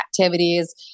activities